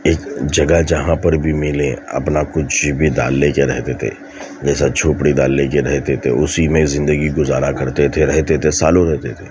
ایک جگہ جہاں پر بھی ملے اپنا کچھ بھی ڈال لے کے رہتے تھے جیسا جھوپڑی ڈال لے کے رہتے تھے اسی میں زندگی گذارا کرتے تھے رہتے تھے سالوں رہتے تھے